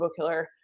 RoboKiller